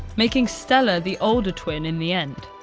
making stella the older twin in the end.